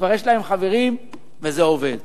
כבר יש להם חברים וזה עובד.